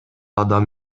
адам